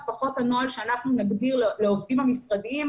זה פחות הנוהל שאנחנו נגדיר לעובדים המשרדיים,